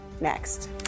next